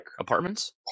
Apartments